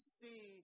see